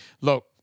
look